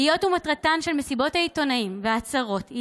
היות שמטרתן של מסיבות העיתונאים וההצהרות היא